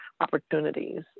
opportunities